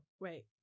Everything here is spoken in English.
Wait